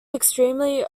extremely